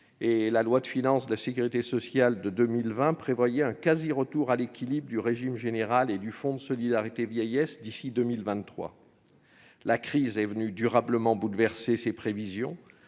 La loi de financement de la sécurité sociale pour 2020 prévoyait même un quasi-retour à l'équilibre du régime général et du fonds de solidarité vieillesse d'ici à 2023. La crise est venue durablement bouleverser ces prévisions,